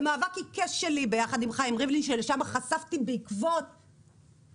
במאבק עיקש שלי ביחד עם חיים ריבלין ששם חשפתי בעקבות אמיצים